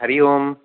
Hari Om